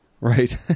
Right